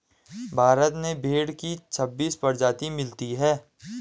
भारत में भेड़ की छब्बीस प्रजाति मिलती है